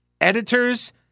editors